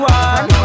one